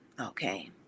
okay